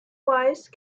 wise